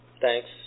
thanks